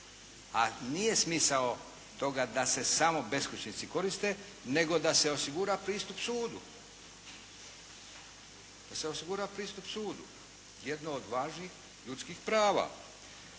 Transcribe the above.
a nije smisao toga da se samo beskućnici koriste nego da se osigura pristup sudu. Da se osigura pristup sudu, jedno od važnih ljudskih prava.